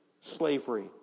slavery